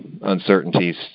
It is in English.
uncertainties